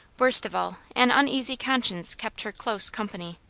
worst of all, an uneasy conscience kept her close company.